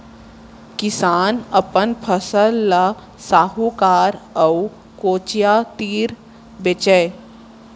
किसान अपन फसल ल साहूकार अउ कोचिया तीर बेचय